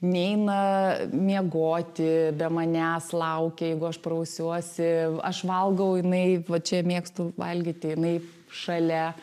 neina miegoti be manęs laukia jeigu aš prausiuosi aš valgau jinai va čia mėgstu valgyti jinai šalia